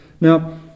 Now